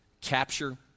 capture